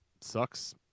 Sucks